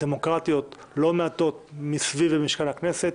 דמוקרטיות לא מעטות מסביב למשכן הכנסת.